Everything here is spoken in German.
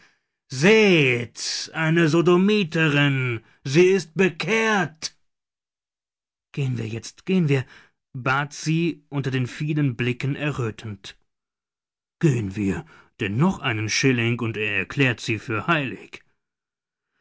seht eine sodomiterin sie ist bekehrt gehen wir jetzt gehen wir bat sie unter den vielen blicken errötend gehen wir denn noch einen schilling und er erklärt sie für heilig